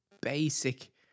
basic